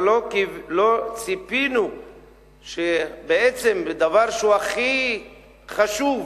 אבל לא ציפינו שבעצם בדבר שהוא הכי חשוב,